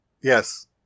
yes